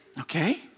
Okay